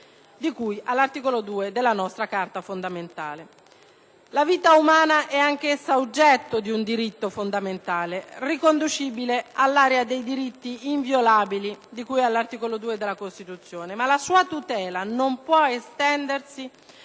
di cui all'articolo 2 della nostra Carta fondamentale. La vita umana è anch'essa oggetto di un diritto fondamentale, riconducibile all'area dei diritti inviolabili di cui all'articolo 2 della Costituzione, ma la sua tutela non può estendersi